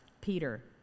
Peter